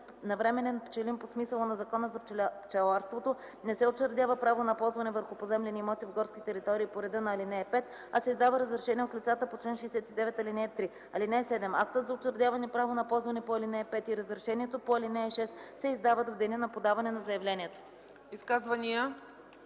на временен пчелин по смисъла на Закона за пчеларството не се учредява право на ползване върху поземлени имоти в горски територии по реда на ал. 5, а се издава разрешение от лицата по чл. 69, ал. 3. (7) Актът за учредяване право на ползване по ал. 5 и разрешението по ал. 6 се издават в деня на подаване на заявлението.”